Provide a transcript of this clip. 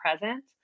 present